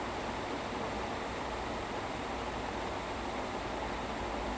then on the ya he play both the hero and the villian and the father